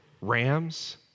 rams